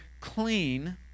clean